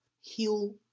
heal